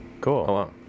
Cool